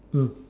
mm